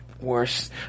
Worse